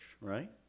right